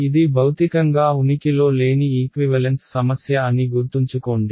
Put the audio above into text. ఇది భౌతికంగా ఉనికిలో లేని ఈక్వివలెన్స్ సమస్య అని గుర్తుంచుకోండి